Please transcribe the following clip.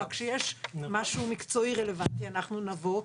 אלא כשיש משהו מקצועי רלוונטי אנחנו נבוא,